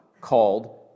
called